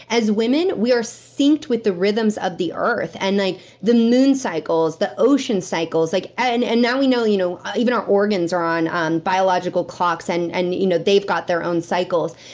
as women, we are synced with the rhythms of the earth, and like the moon cycles, the ocean cycles. like and and now we know, you know even our organs are on on biological clocks, and and you know they've got their own cycles.